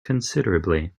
considerably